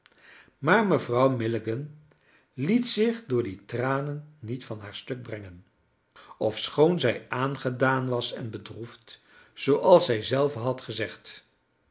maar mevrouw milligan liet zich door die tranen niet van haar stuk brengen ofschoon zij aangedaan was en bedroefd zooals zij zelve had gezegd